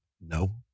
no